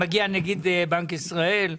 מגיע נגיד בנק ישראל.